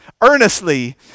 earnestly